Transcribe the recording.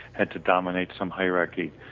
had to dominate some hierarchy.